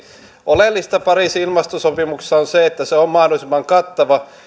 oleellista pariisin ilmastosopimuksessa on se että se on mahdollisimman kattava ja